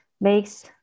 makes